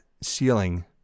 ceiling